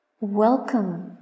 welcome